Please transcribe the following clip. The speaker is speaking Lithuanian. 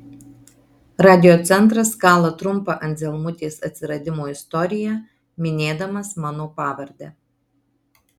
radiocentras kala trumpą anzelmutės atsiradimo istoriją minėdamas mano pavardę